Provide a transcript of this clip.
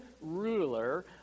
ruler